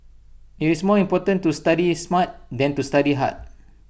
IT is more important to study smart than to study hard